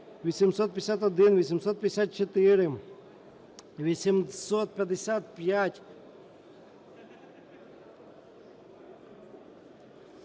851, 854, 855,